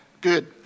Good